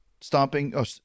stomping –